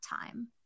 time